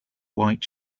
white